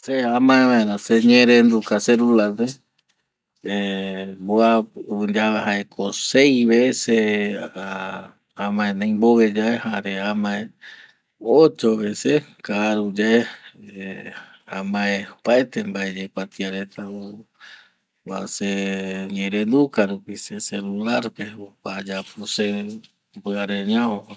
Se amae vaera se ñe rendu ka celular pe ˂hesitation˃ mbuapi yaeva jaeko seis veces ˂hesitation˃ amae ndeimbove ye jare amae ocho veces karu yae ˂hesitation˃ jaema amae opaete mbae yeikuatia reta va se ñendureru ka va se celular pe kua ayapo seve piare ñavo.